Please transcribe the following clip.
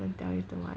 don't tell you too much